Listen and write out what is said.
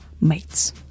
mates